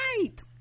right